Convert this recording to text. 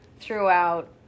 throughout